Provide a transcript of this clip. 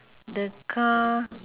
the car